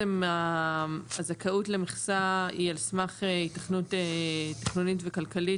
הזכאות למכסה היא על סמך היתכנות תכנונית וכלכלית,